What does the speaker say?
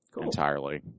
entirely